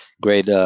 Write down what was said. great